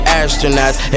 astronauts